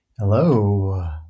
Hello